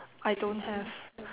I don't have